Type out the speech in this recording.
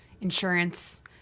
insurance